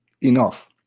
enough